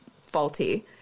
faulty